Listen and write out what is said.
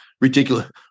ridiculous